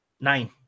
nine